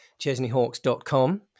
chesneyhawks.com